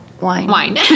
wine